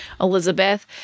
Elizabeth